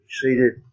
seated